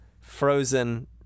Frozen